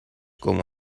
como